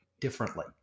differently